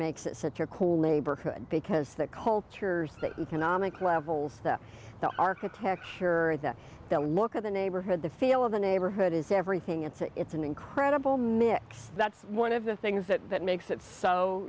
makes it such a cool neighborhood because the cultures that konami clavell the architecture and that the look of the neighborhood the feel of the neighborhood is everything it's a it's an incredible mix that's one of the things that makes it so